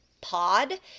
Pod